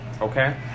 Okay